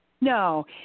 No